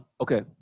Okay